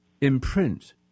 imprint